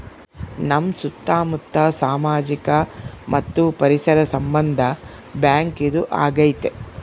ನಮ್ ಸುತ್ತ ಮುತ್ತ ಸಾಮಾಜಿಕ ಮತ್ತು ಪರಿಸರ ಸಂಬಂಧ ಬ್ಯಾಂಕ್ ಇದು ಆಗೈತೆ